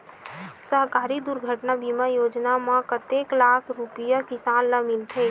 सहकारी दुर्घटना बीमा योजना म कतेक लाख रुपिया किसान ल मिलथे?